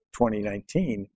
2019